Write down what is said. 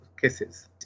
kisses